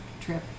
trip